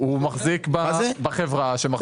הוא מחזיק בחברה שמחזיקה בנכס.